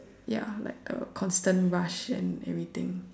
ya like the constant rush and everything